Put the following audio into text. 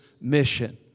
mission